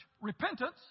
repentance